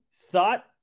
thought